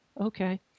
Okay